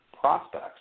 prospects